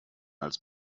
als